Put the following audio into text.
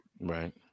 Right